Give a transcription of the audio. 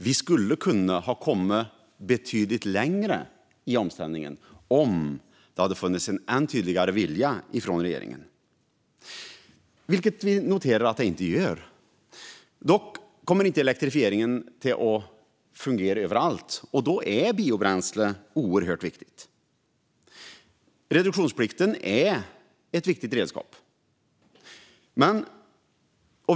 Vi kunde ha kommit betydligt längre i omställningen om det hade funnits en tydligare vilja hos regeringen, vilket vi noterar att det inte gör. Dock kommer elektrifieringen inte att fungera överallt, och då är biobränsle oerhört viktigt. Reduktionsplikten är ett viktigt redskap.